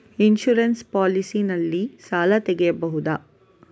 Insurance policy ನಲ್ಲಿ ಸಾಲ ತೆಗೆಯಬಹುದ?